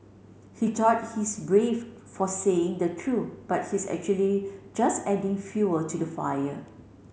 he thought he's brave for saying the truth but he's actually just adding fuel to the fire